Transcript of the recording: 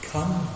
Come